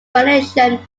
malaysian